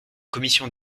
commission